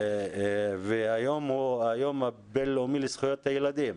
והיום הוא היום הבין-לאומי לזכויות הילדים,